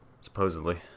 Supposedly